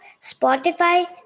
Spotify